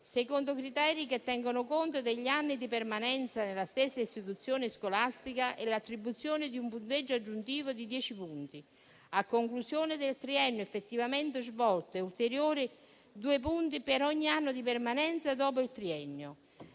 secondo criteri che tengano conto degli anni di permanenza nella stessa istituzione scolastica, e l'attribuzione di un punteggio aggiuntivo di dieci punti a conclusione del triennio effettivamente svolto e ulteriori due punti per ogni anno di permanenza dopo il triennio.